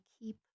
keep